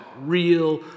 real